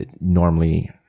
normally